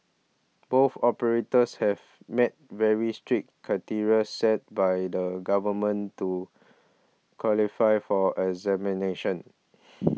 both operators have met very strict criteria set by the government to qualify for examination